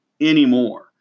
anymore